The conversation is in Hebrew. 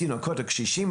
תינוקות וקשישים,